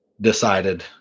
decided